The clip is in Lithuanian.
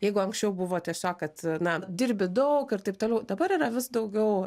jeigu anksčiau buvo tiesiog kad na dirbi daug ir taip toliau dabar yra vis daugiau